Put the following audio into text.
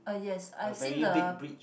uh yes I have seen the